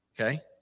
Okay